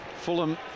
Fulham